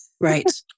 Right